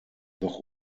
doch